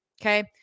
Okay